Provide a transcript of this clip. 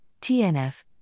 TNF